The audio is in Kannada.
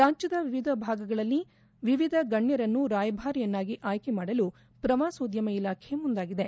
ರಾಜ್ಞದ ವಿವಿಧ ಭಾಗಗಳಲ್ಲಿ ವಿವಿಧ ಗಣ್ಣರನ್ನು ರಾಯಭಾರಿಯಾಗಿ ಆಯ್ಲಿ ಮಾಡಲು ಪ್ರವಾಸೋದ್ದಮ ಇಲಾಖೆ ಮುಂದಾಗಿದೆ